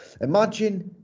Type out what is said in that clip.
Imagine